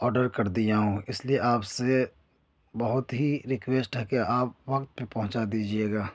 order کر دیا ہوں اس لیے آپ سے بہت ہی ریکویسٹ ہے کہ آپ وقت پہ پہنچا دیجیے گا